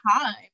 time